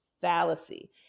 fallacy